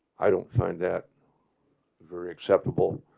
i don't find that very acceptable